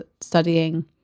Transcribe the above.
studying